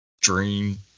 dream